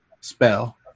spell